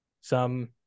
Some-